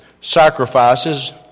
sacrifices